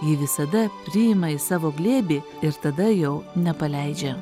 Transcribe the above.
ji visada priima į savo glėbį ir tada jau nepaleidžia